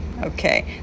okay